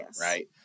right